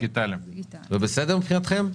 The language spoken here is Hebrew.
זה בסדר מבחינתכם?